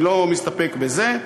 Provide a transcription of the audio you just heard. אני לא מסתפק בזה.